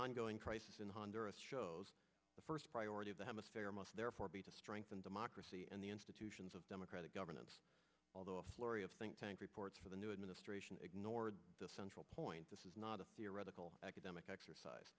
ongoing crisis in honduras shows the first priority of the hemisphere must therefore be to strengthen democracy and the institutions of democratic governance although a flurry of think tank reports for the new administration ignored the central point this is not a theoretical academic exercise